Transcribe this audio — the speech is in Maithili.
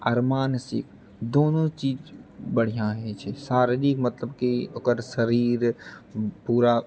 आर मानसिक दोनो चीज बढ़िआँ होइत छै शारीरिक मतलब की ओकर शरीर पूरा